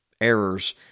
errors